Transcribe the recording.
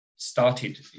started